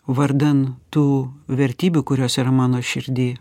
vardan tų vertybių kurios yra mano širdy